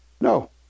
No